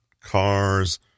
cars